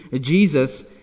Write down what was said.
Jesus